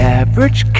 average